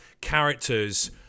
characters